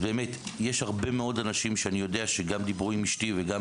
יש הרבה מאוד אנשים שגם דיברו עם אשתי וגם